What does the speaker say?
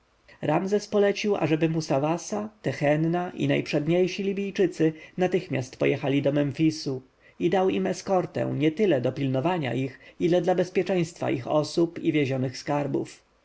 ramzes polecił ażeby musawasa tehenna i najprzedniejsi libijczycy natychmiast pojechali do memfisu i dał im eskortę nietyle do pilnowania ich ile dla bezpieczeństwa ich osób i wiezionych skarbów